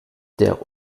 der